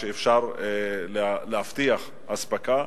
שאפשר יהיה להבטיח אספקה.